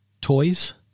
toys